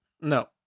No